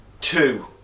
Two